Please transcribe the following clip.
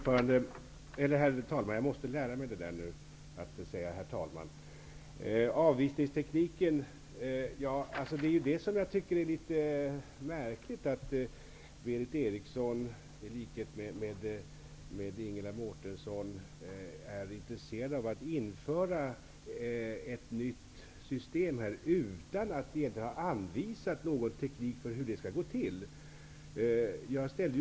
Fru talman! Jag tycker att det är litet märkligt att Berith Eriksson, i likhet med Ingela Mårtensson, är intresserad av att införa ett nytt avvisningssystem utan att egentligen anvisa någon teknik för hur det hela skall gå till.